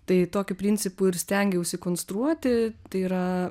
tai tokiu principu ir stengiausi konstruoti tai yra